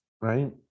right